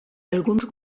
alguns